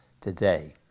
today